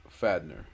Fadner